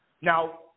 Now